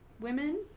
women